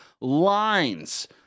lines